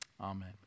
Amen